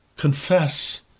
Confess